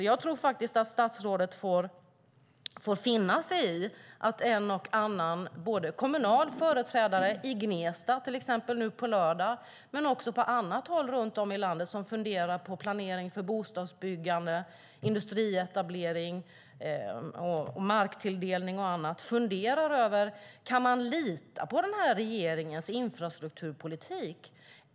Jag tror faktiskt att statsrådet får finna sig i att en och annan kommunal företrädare, till exempel i Gnesta nu på lördag eller någon annanstans runt om i landet, som funderar på planering av bostadsbyggande, industrietablering, marktilldelning och annat undrar om man kan lita på denna regerings infrastrukturpolitik.